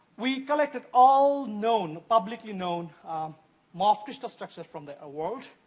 we collected all known publicly-known mof crystal structures from the ah world.